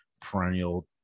perennial